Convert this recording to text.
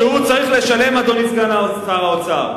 אדוני סגן שר האוצר,